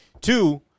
Two